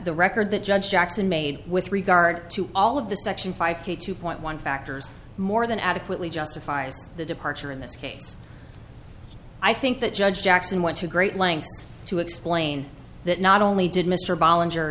the record that judge jackson made with regard to all of the section five k two point one factors more than adequately justifies the departure in this case i think that judge jackson went to great lengths to explain that not only did mr bol